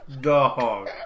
Dog